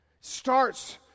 Starts